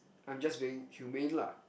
I'm just being humane lah